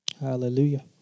Hallelujah